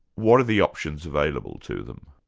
what are the options available to them?